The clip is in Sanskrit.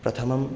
प्रथमं